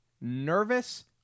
Nervous